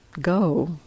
go